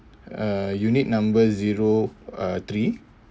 uh unit number zero uh three